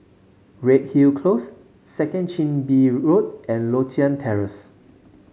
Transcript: Redhill Close Second Chin Bee Road and Lothian Terrace